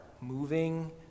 moving